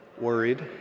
Worried